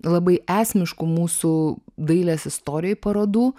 labai esmiškų mūsų dailės istorijoj parodų